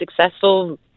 successful